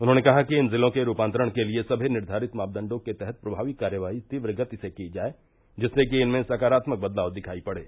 उन्होंने कहा कि इन जिलों के रूपांतरण के लिये सभी निर्धारित मापदण्डों के तहत प्रभावी कार्यवाही तीव्र गति से की जाए जिससे कि इनमें सकारात्मक बदलाव दिखायी पड़े